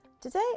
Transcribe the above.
Today